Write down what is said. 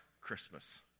Christmas